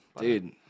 Dude